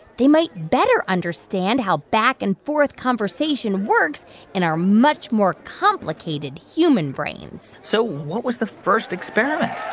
they might better understand how back-and-forth conversation works and are much more complicated human brains so what was the first experiment?